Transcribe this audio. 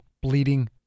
bleeding